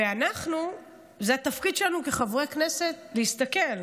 ואנחנו, התפקיד שלנו כחברי הכנסת זה להסתכל.